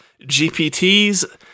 GPTs